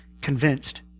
convinced